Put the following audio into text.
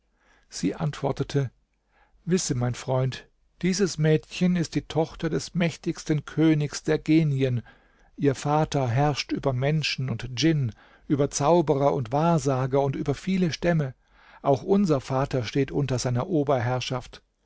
sie antwortete wisse mein freund dieses mädchen ist die tochter des mächtigsten königs der genien ihr vater herrscht über menschen und djinn über zauberer und wahrsager und über viele stämme auch unser vater steht unter seiner